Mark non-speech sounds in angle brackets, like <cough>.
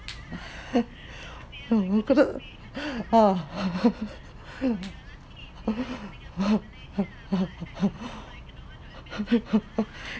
<laughs>